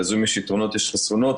ל"זום" יש יתרונות ויש חסרונות.